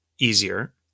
easier